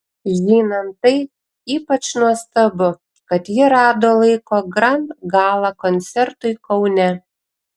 žinant tai ypač nuostabu kad ji rado laiko grand gala koncertui kaune